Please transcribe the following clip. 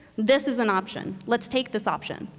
this is an option. let's take this option.